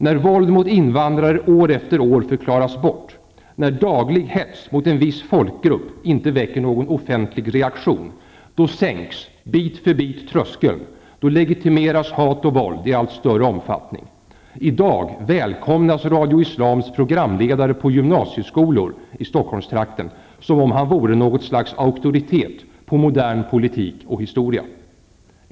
När våld mot invandrare år efter år förklaras bort, när daglig hets mot en viss folkgrupp inte väcker någon offentlig reaktion, då sänks bit för bit tröskeln, och hat och våld legitimeras i allt större omfattning. I dag välkomnas Radio Islams programledare på gymnasieskolor i Stockholmstrakten som om han vore något slags auktoritet på modern politik och historia.